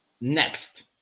next